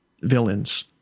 villains